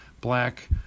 black